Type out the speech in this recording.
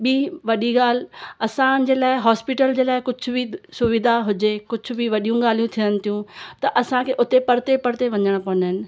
ॿी वॾी ॻाल्हि असांजे लाइ हॉस्पिटल जे लाइ कुझु बि सुविधा हुजे कुझु बि वॾियूं ॻाल्हियूं थियनि थियूं त असांखे उते परते परते वञणु पवंदा आहिनि